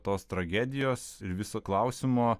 tos tragedijos ir viso klausimo